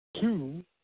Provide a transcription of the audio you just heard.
two